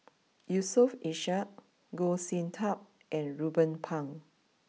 Yusof Ishak Goh Sin Tub and Ruben Pang